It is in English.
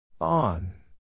On